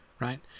right